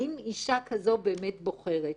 האם אישה כזו באמת בוחרת.